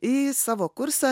į savo kursą